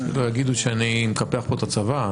שלא יגידו שאני מקפח פה בצבא,